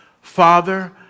Father